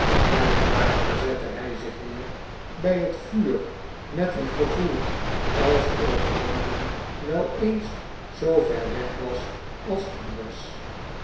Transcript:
en daarna zetto hij zich weer bij het vuur met een gevoel alsof londen wel eens zoover weg was als anders